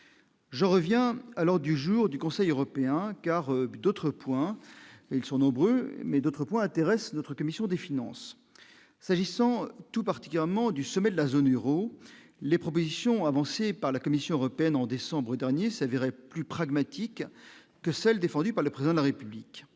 je reviens alors du jour du Conseil européen, car d'autres points, et ils sont nombreux, mais d'autres points intéresse notre commission des finances s'agissant tout particulièrement du sommet de la zone Euro, les propositions avancées par la Commission européenne en décembre dernier s'avérait plus pragmatique que celle défendue par le président de la République,